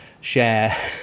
share